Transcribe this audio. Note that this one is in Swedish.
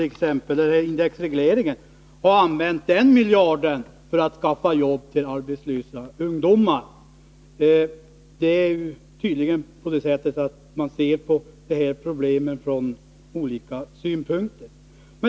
om året eller i stället för indexregleringen hade använt den miljarden för att skaffa jobb åt arbetslösa ungdomar. Det är tydligen så att vi ser på de här problemen från olika synpunkter.